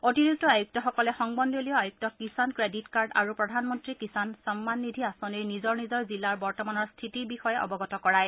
অতিৰিক্ত আয়ুক্তসকলে সংমণ্ডলীয় আয়ুক্তক কিষাণ ক্ৰেডিট কাৰ্ড আৰু প্ৰধান মন্ত্ৰী কিষাণ সন্মান নিধি আঁচনিৰ নিজৰ নিজৰ জিলাৰ বৰ্তমানৰ স্থিতিৰ বিষয়ে অৱগত কৰায়